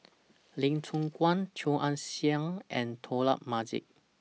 Lee Choon Guan Chia Ann Siang and Dollah Majid